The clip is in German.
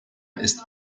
ist